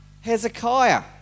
Hezekiah